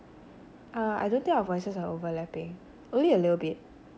uh I don't think our voices are overlapping only a little bit